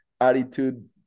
attitude